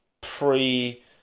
pre